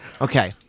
Okay